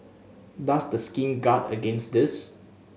does the scheme guard against this